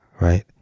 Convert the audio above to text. right